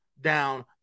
down